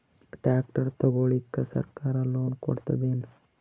Tractor ತಗೊಳಿಕ ಸರ್ಕಾರ loan ಕೊಡತದೇನು?